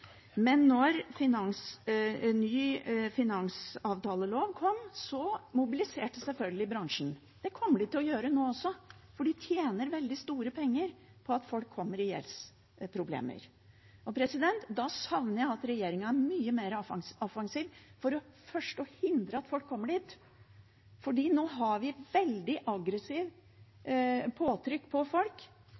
Men da ny finansavtalelov kom, mobiliserte selvfølgelig bransjen. Det kommer de til å gjøre nå også, for de tjener veldig store penger på at folk kommer i gjeldsproblemer. Da savner jeg at regjeringen er mye mer offensiv, for det første for å hindre at folk kommer dit. For nå har vi veldig aggressivt påtrykk på folk